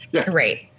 Great